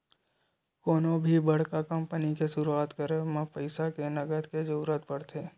कोनो भी बड़का कंपनी के सुरुवात करब म पइसा के नँगत के जरुरत पड़थे